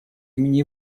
имени